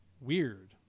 weird